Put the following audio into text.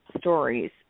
stories